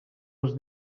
els